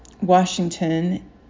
Washington